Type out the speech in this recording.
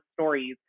stories